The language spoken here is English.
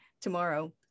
tomorrow